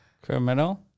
Criminal